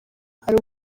hari